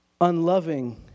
unloving